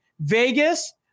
Vegas